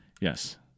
yes